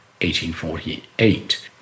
1848